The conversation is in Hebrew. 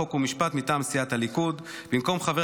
חוק ומשפט מטעם סיעת הליכוד: במקום חבר